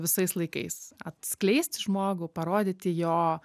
visais laikais atskleisti žmogų parodyti jo